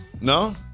No